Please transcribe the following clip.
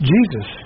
Jesus